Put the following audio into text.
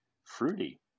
Fruity